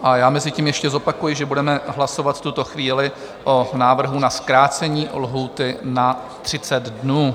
A já mezitím ještě zopakuji, že budeme hlasovat v tuto chvíli o návrhu na zkrácení lhůty na 30 dnů.